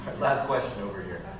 last question over here.